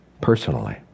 Personally